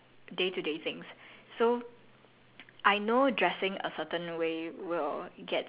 I feel like it's in everything I do I guess like day to day things so